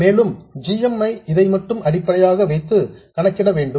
மேலும் g m ஐ இதை மட்டும் அடிப்படையாக வைத்து கணக்கிட வேண்டும்